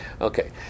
Okay